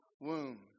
womb